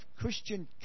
Christian